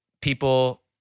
people